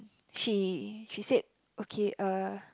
she she said okay uh